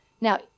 Now